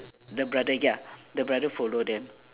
the brother ya the brother follow them